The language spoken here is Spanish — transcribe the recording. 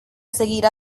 seguirá